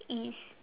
is